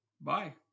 bye